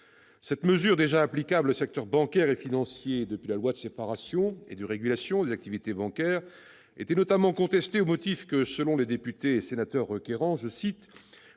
Cette mesure, déjà applicable au secteur bancaire et financier depuis la loi de séparation et de régulation des activités bancaires, était notamment contestée au motif que, selon les députés et sénateurs requérants, « les